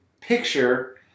picture